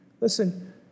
Listen